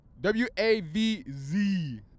W-A-V-Z